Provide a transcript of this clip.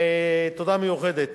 תודה מיוחדת